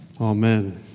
Amen